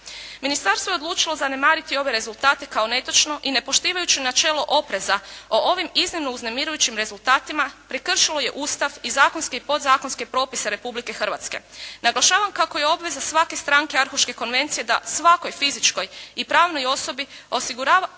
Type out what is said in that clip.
Ministarstvo je odlučilo zanemariti ove rezultate kao netočno i ne poštivajući načelo opreza o ovim iznimno uznemirujućim rezultatima prekršilo je Ustav i zakonske i podzakonske propise Republike Hrvatske. Naglašavam kako je obveza svake stranke Arhuške konvencije da svakoj fizičkoj i pravnoj osobi osigura